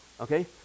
okay